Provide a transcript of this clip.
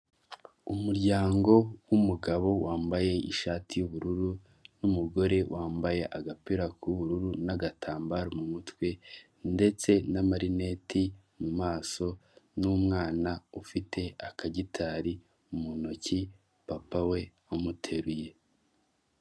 Umuryango w'umugabo wambaye ishati y'ubururu n'umugore wambaye agapira k'ubururu n'agatambaro mu mutwe ndetse n'amarineti mu maso n'umwana ufite akagitari mu ntoki papa we amuteruye.